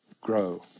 grow